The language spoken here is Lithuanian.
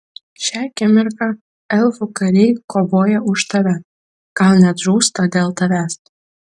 šią akimirką elfų kariai kovoja už tave gal net žūsta dėl tavęs